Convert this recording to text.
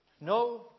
No